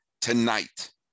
tonight